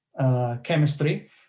chemistry